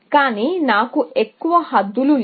కానీ నాకు ఎక్కువ హద్దులు లేవు